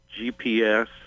GPS